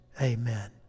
Amen